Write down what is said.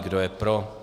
Kdo je pro?